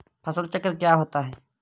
फसल चक्र क्या होता है?